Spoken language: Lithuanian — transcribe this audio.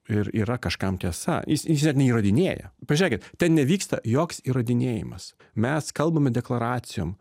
ir yra kažkam tiesa jis jis net neįrodinėja pažiūrėkit ten nevyksta joks įrodinėjimas mes kalbame deklaracijom